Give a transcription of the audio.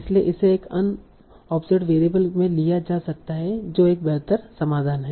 इसलिए इसे एक अनओबसर्वड वेरिएबल में लिया जा सकता है जो एक बेहतर समाधान है